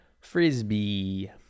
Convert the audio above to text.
frisbee